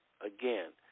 Again